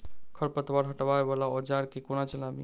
खरपतवार हटावय वला औजार केँ कोना चलाबी?